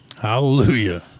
Hallelujah